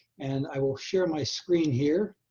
and i will share my screen here